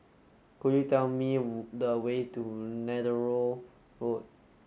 could you tell me the way to Neythal Road